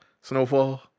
Snowfall